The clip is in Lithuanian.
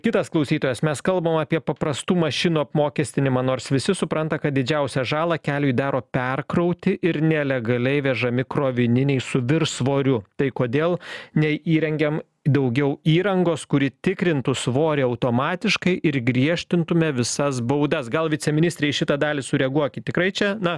kitas klausytojas mes kalbam apie paprastų mašinų apmokestinimą nors visi supranta kad didžiausią žalą keliui daro perkrauti ir nelegaliai vežami krovininiai su viršsvoriu tai kodėl neįrengiam daugiau įrangos kuri tikrintų svorį automatiškai ir griežtintume visas baudas gal viceministre į šitą dalį sureaguokit tikrai čia na